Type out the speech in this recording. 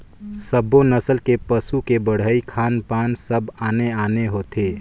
सब्बो नसल के पसू के बड़हई, खान पान सब आने आने होथे